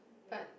but